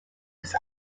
its